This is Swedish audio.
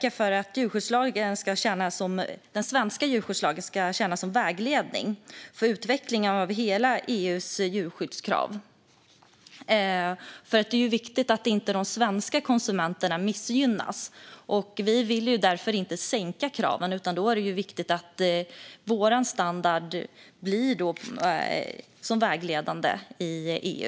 Därför är det viktigt att verka för att den svenska djurskyddslagen ska tjäna som vägledning för utvecklingen av hela EU:s djurskyddskrav. Det är ju viktigt att de svenska konsumenterna inte missgynnas. Vi vill inte sänka kraven. Det är viktigt att Sveriges standard blir vägledande i EU.